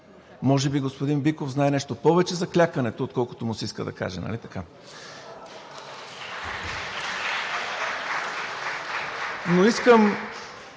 Може би господин Биков знае нещо повече за клякането, отколкото му се иска да каже,